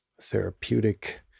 therapeutic